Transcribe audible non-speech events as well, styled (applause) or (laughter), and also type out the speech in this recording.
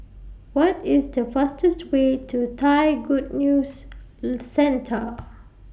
What IS The fastest Way to Thai Good News (hesitation) Centre